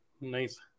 Nice